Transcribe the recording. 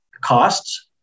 costs